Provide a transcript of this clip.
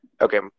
Okay